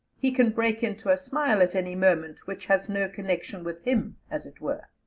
he can break into a smile at any moment, which has no connection with him, as it were.